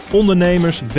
ondernemers